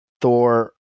Thor